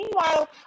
meanwhile